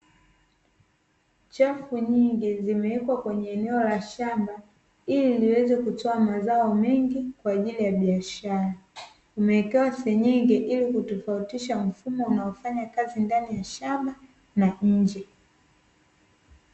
Chafu nyingi zimewekwa kwenye eneo la shamba, ili ziweze kutoa mazao mengi kwa ajili ya biashara. Zimeekewa senyenge ili ziweze kutofautisha mfumo unaofanya kazi ndani ya shamba na nje.